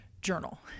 Journal